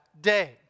day